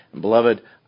Beloved